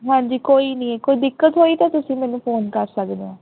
ਹਾਂਜੀ ਕੋਈ ਨਹੀਂ ਕੋਈ ਦਿੱਕਤ ਹੋਈ ਤਾਂ ਤੁਸੀਂ ਮੈਨੂੰ ਫੋਨ ਕਰ ਸਕਦੇ ਹੋ